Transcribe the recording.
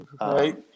right